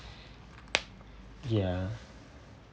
ya